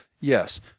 yes